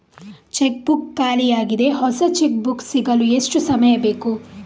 Check book ಖಾಲಿ ಯಾಗಿದೆ, ಹೊಸ ಚೆಕ್ ಬುಕ್ ಸಿಗಲು ಎಷ್ಟು ಸಮಯ ಬೇಕು?